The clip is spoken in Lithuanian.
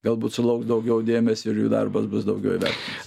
galbūt sulauks daugiau dėmesio ir jų darbas bus daugiau įvertintas